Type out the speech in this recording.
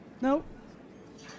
Nope